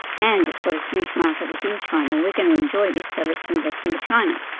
and it's got a huge market within china, we are going to enjoy this so let's invest in china.